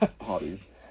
hobbies